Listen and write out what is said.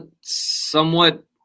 Somewhat